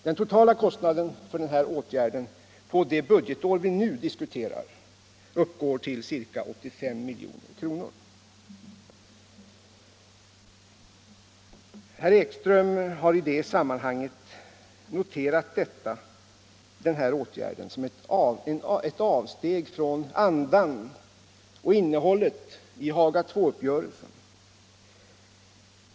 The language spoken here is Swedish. Den totala kostnaden för åtgärden under det budgetår vi nu diskuterar uppgår till ca 85 milj.kr. Herr Ekström noterade denna åtgärd som ett avsteg från andan och innehållet i Haga II-uppgörelsen.